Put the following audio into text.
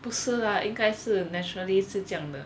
不是啦应该是 nationally 是这样的: shi zhe yang de